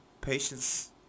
Patience